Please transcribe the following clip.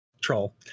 troll